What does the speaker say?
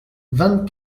vingt